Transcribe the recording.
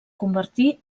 convertir